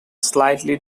slightly